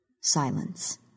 Silence